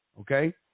okay